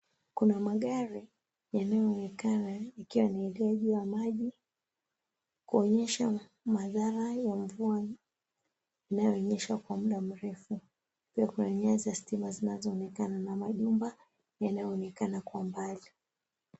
Kuna magari, yanayoonekana yakiwa yanaelea juu ya maji, kuonyesha madhara ya mvua unaonyesha kwa muda mrefu. Pia kuna nyaya za stima zinazoonekana na majumba yanayoonekana kwa mbali.